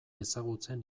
ezagutzen